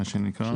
מה שנקרא.